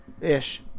Ish